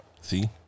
See